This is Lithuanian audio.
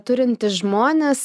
turintys žmonės